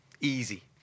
Easy